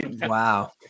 Wow